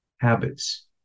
habits